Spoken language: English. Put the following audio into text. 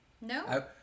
no